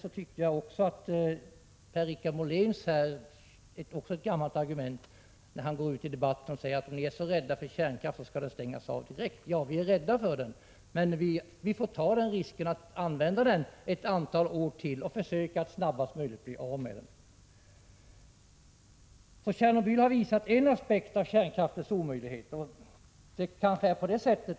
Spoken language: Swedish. Så vill jag också bemöta Per-Richard Moléns gamla argument. Han går ut i debatten och säger: Om ni är så rädda för kärnkraften så skall den stängas av direkt. Ja, vi är rädda för den, men vi får ta risken att använda den ytterligare ett antal år och försöka att snabbast möjligt bli av med den. Tjernobyl har visat en aspekt av kärnkraftens omöjligheter.